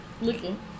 looking